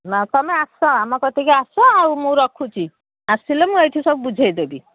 ନା ତମେ ଆସ ଆମ କତିକେ ଆସ ଆଉ ମୁଁ ରଖୁଛି ଆସିଲେ ମୁଁ ଏଇଠି ସବୁ ବୁଝେଇଦେବି